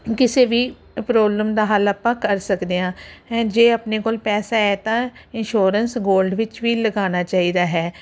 ਕਿਸੇ ਵੀ ਪ੍ਰੋਬਲਮ ਦਾ ਹੱਲ ਆਪਾਂ ਕਰ ਸਕਦੇ ਆਂ ਜੇ ਆਪਣੇ ਕੋਲ ਪੈਸਾ ਹ ਤਾਂ ਇਨਸ਼ੋਰੈਂਸ ਗੋਲਡ ਵਿੱਚ ਵੀ ਲਗਾਣਾ ਚਾਹੀਦਾ ਹੈ